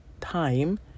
time